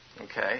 Okay